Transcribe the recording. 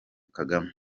kagame